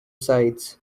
sides